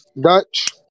Dutch